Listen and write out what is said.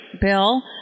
Bill